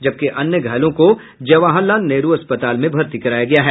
जबकि अन्य घायलों को जवाहरलाल नेहरू अस्पताल में भर्ती कराया गया है